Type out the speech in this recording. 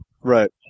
Right